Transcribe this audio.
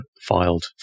filed